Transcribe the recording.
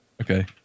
Okay